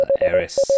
Eris